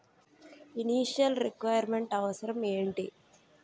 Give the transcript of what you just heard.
Initial requirement అవసరం ఎంటి?